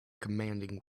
commanding